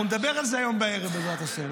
אנחנו נדבר על זה היום בערב, בעזרת השם.